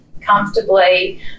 comfortably